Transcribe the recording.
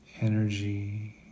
energy